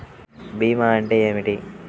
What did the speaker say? భీమా అంటే ఏమిటి?